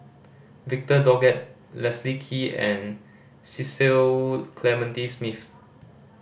Victor Doggett Leslie Kee and Cecil Clementi Smith